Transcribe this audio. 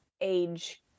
age